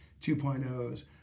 2.0s